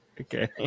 okay